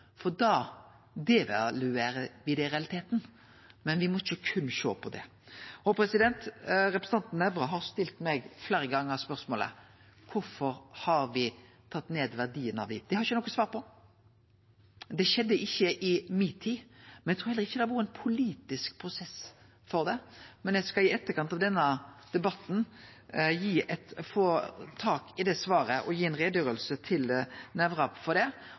realiteten. Men me må ikkje berre sjå på det. Representanten Nævra har fleire gonger stilt meg spørsmålet: Kvifor har me tatt ned verdien av liv? Det har eg ikkje noko svar på. Det skjedde ikkje i mi tid, men eg trur heller ikkje det har vore ein politisk prosess når det gjeld det. Men eg skal i etterkant av denne debatten få tak i det svaret og gi Nævra ei utgreiing om det, òg fordi eg er nysgjerrig på det